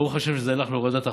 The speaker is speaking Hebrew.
ברוך השם, זה הלך להורדת החוב,